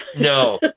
No